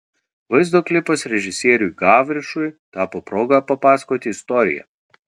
vaizdo klipas režisieriui gavrišui tapo proga papasakoti istoriją